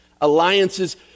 alliances